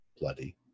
bloody